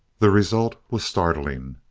the result was startling.